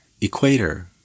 Equator